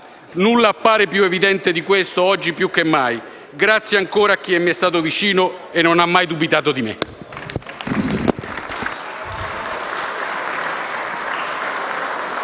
nulla appare più evidente di ciò, oggi più che mai. Grazie ancora a chi mi è stato vicino e non ha mai dubitato di me.